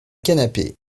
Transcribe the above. canapé